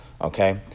Okay